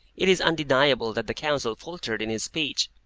it is undeniable that the counsel faltered in his speech,